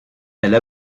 elle